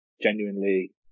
genuinely